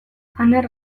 aner